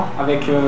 avec